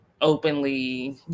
openly